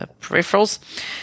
peripherals